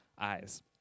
eyes